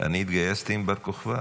אני התגייסתי עם בר כוכבא.